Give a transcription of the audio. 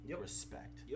respect